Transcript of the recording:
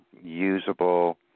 usable